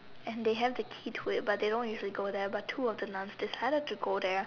and they have the key to it but they don't usually go there but two of the nuns decided to go there